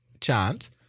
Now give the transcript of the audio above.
chance